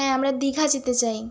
হ্যাঁ আমরা দীঘা যেতে চাই